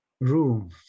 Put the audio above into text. room